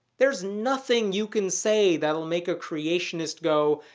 there's nothing you can say that will make a creationist go,